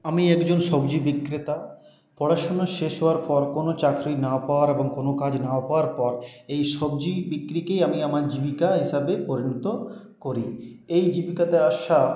আমি একজন সবজি বিক্রেতা পড়াশোনা শেষ হওয়ার পর কোনো চাকরি না পাওয়ার এবং কোনো কাজ না পাওয়ার পর এই সবজি বিক্রিকেই আমি আমার জীবিকা হিসেবে পরিণত করি এই জীবিকাতে আসা